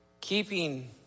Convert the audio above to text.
keeping